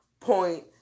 point